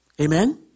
Amen